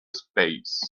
space